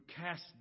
cast